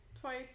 twice